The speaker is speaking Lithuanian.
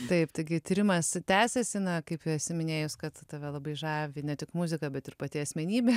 taip taigi tyrimas tęsiasi na kaip jau esi minėjus kad tave labai žavi ne tik muzika bet ir pati asmenybė